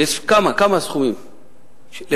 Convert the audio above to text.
יש כמה, כמה הסכומים לפיתוח?